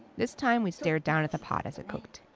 this time, we stared down at the pot as it cooked.